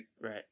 Right